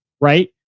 Right